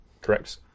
Correct